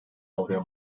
avroya